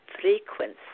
frequency